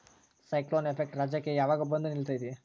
Cyclone effect ರಾಜ್ಯಕ್ಕೆ ಯಾವಾಗ ಬಂದ ನಿಲ್ಲತೈತಿ?